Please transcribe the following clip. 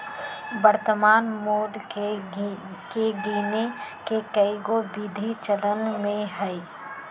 वर्तमान मोल के गीने के कएगो विधि चलन में हइ